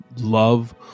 love